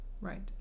Right